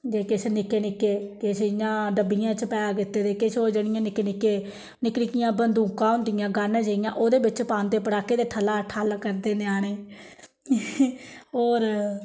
ते किश निक्के निक्के किश इ'यां डब्बियें च पैक कीते दे किश ओह् जेह्ड़ियां निक्के निक्के निक्की निक्कियां बन्दूकां होंदियां गन जेहियां ओह्दे बिच्च पांदे पटाके ते ठला ठल करदे ञ्याणें होर